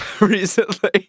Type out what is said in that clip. recently